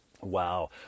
Wow